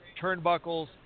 turnbuckles